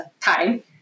time